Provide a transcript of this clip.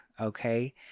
okay